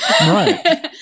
Right